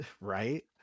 right